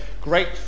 great